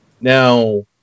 Now